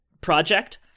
project